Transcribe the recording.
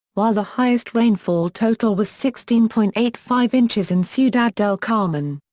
while the highest rainfall total was sixteen point eight five inches in ciudad del carmen.